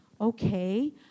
okay